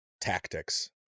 tactics